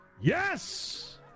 yes